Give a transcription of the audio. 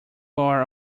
are